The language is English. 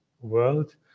world